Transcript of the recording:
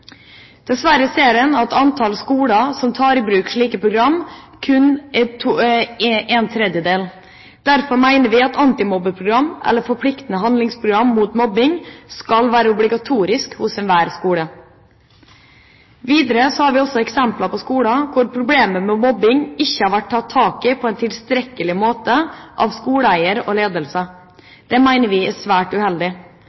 Dessverre ser en at det kun er en tredjedel av skolene som tar i bruk slike programmer. Derfor mener vi at et antimobbeprogram eller et forpliktende handlingsprogram mot mobbing skal være obligatorisk ved enhver skole. Videre har vi eksempler på skoler hvor problemet med mobbing ikke har vært tatt tak i på en god nok måte av skoleeier og